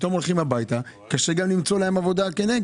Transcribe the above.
ופתאום הולכים הביתה וקשה למצוא להם עבודה אחרת.